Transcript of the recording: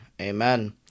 Amen